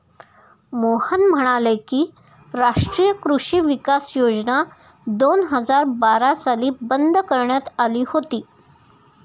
मोहन म्हणाले की, राष्ट्रीय कृषी विकास योजना दोन हजार बारा साली बंद करण्यात आली होती